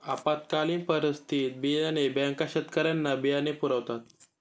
आपत्कालीन परिस्थितीत बियाणे बँका शेतकऱ्यांना बियाणे पुरवतात